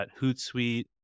Hootsuite